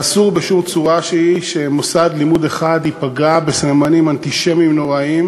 ואסור בשום צורה שהיא שמוסד לימוד אחד ייפגע בסממנים אנטישמיים נוראיים,